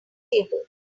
table